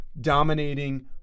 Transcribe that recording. dominating